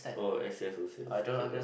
oh a_c_s_o_c_s okay lah